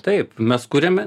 taip mes kuriame